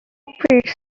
operates